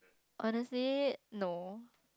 honestly no